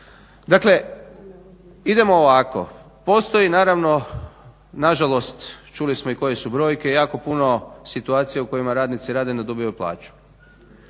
Dakle, idemo ovako postoji naravno nažalost čuli smo i koje su brojke, jako puno situacija u kojima radnici rade a ne dobivaju plaću.